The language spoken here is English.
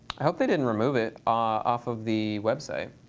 hope they didn't remove it off of the website.